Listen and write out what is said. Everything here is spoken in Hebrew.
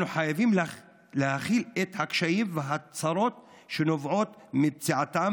אנחנו חייבים להכיל את הקשיים והצרות שנובעים מפציעתם